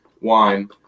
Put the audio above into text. wine